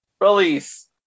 Release